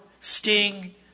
sting